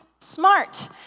smart